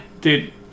Dude